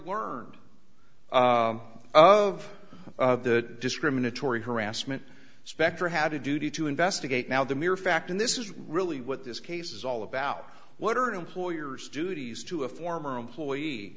learned of the discriminatory harassment specter had a duty to investigate now the mere fact and this is really what this case is all about what are employers duties to a former employee